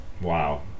wow